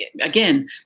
again